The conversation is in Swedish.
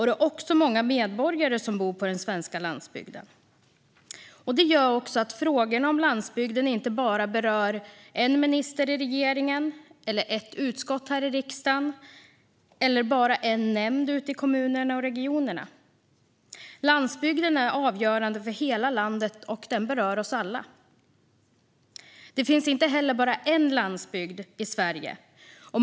Det är många medborgare som bor på den svenska landsbygden, och det gör att frågorna om landsbygden inte bara berör en minister i regeringen, ett utskott här i riksdagen eller en nämnd ute i kommunerna och regionerna, utan landsbygden är avgörande för hela landet och berör oss alla. Det finns inte bara en landsbygd i Sverige.